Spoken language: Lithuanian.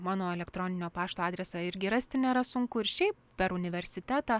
mano elektroninio pašto adresą irgi rasti nėra sunku ir šiaip per universitetą